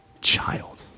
child